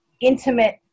intimate